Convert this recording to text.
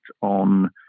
on